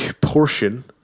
portion